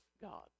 God